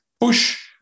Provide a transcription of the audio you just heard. push